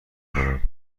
کنم